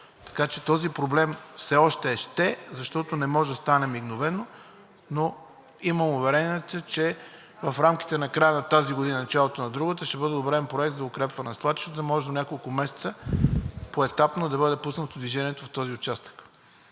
Така че този проблем все още е „ще“, защото не може да стане мигновено, но имам уверенията, че в рамките на края на тази година, началото на другата ще бъде одобрен проект за укрепване на свлачищата и може до няколко месеца поетапно да бъде пуснато движението в този участък.